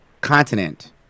continent